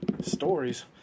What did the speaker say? stories